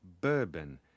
bourbon